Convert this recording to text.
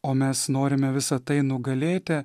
o mes norime visa tai nugalėti